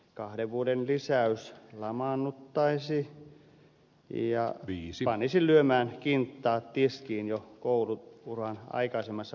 kahden vuoden lisäys lamaannuttaisi ja panisi lyömään kintaat tiskiin jo koulu uran aikaisemmassa vaiheessa